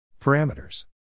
Parameters